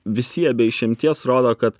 visi jie be išimties rodo ka